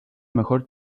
mejor